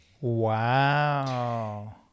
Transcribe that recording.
Wow